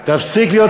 זו טעות קבע.